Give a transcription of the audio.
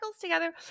together